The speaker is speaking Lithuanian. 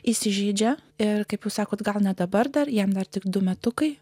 įsižeidžia ir kaip sakote gauna dabar dar jam dar tik du metukai